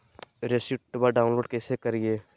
रेसिप्टबा डाउनलोडबा कैसे करिए?